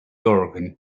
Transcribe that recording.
organ